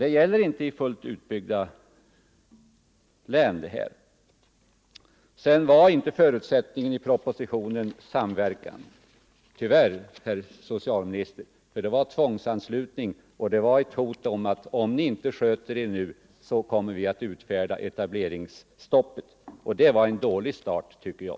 Tyvärr, herr socialministern, var inte förutsättningen i propositionen samverkan. Det var tvångsanslutning och ett hot till tandläkarna att om ni inte sköter er kommer vi att utfärda etableringsstopp. Det var en dålig start, tycker jag.